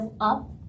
up